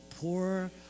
poor